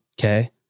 Okay